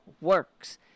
works